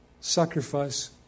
sacrifice